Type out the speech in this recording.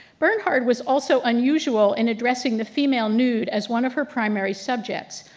bernhard was also unusual in addressing the female nude as one of her primary subjects.